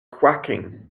quacking